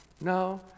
No